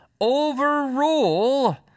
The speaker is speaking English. overrule